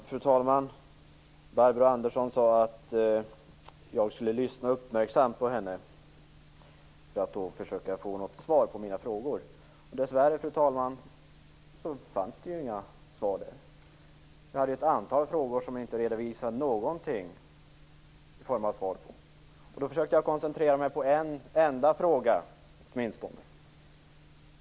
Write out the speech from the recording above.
Fru talman! Barbro Andersson sade att jag skulle lyssna uppmärksamt på henne för att få svar på mina frågor. Dessvärre, fru talman, fanns det ju inga svar. Jag hade ett antal frågor där hon inte redovisade någonting i form av svar. Då försökte jag koncentrera mig på en enda fråga.